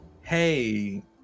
hey